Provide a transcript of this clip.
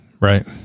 right